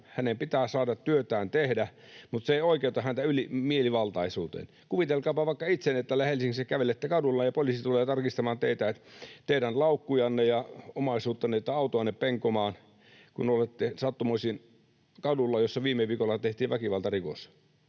Hänen pitää saada työtään tehdä, mutta se ei oikeuta häntä mielivaltaisuuteen. Kuvitelkaapa vaikka, että täällä Helsingissä kävelette kadulla ja poliisi tulee tarkistamaan teitä — teidän laukkujanne ja omaisuuttanne, autoanne penkomaan — kun olette sattumoisin kadulla, jossa viime viikolla tehtiin väkivaltarikos.